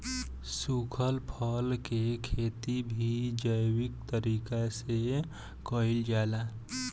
सुखल फल के खेती भी जैविक तरीका से कईल जाला